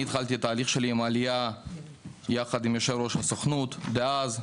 אני התחלתי את ההליך שלי עם העלייה יחד עם יושב-ראש הסוכנות דאז.